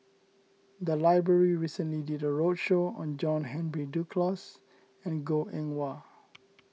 the library recently did a roadshow on John Henry Duclos and Goh Eng Wah